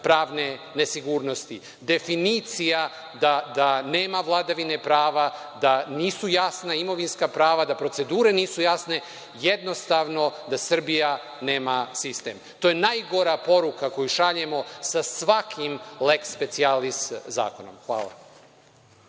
pravne nesigurnosti. Definicija da nema vladavine prava, da nisu jasna imovinska prava, da procedure nisu jasne. Jednostavno da Srbija nema sistem. To je najgora poruka koju šaljemo sa svakim „leks specijalis“ zakonom. Hvala.